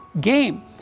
game